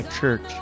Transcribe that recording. church